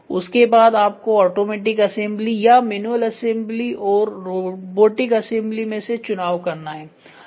उसके बाद आपको आटोमेटिक असेंबली या मैन्युअल असेंबली और रोबोटिक असेंबली मे से चुनाव करना है